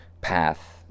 path